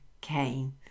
came